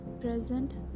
present